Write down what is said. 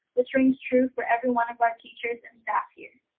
which rings true for every one of our teachers and staff here.